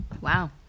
Wow